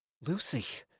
lucy,